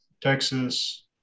Texas